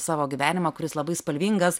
savo gyvenimą kuris labai spalvingas